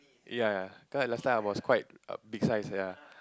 ya cause last time I was quite big size ya